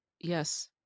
Yes